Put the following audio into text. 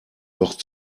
doch